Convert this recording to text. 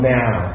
now